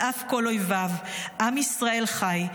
על אף כל אויביו, עם ישראל חי.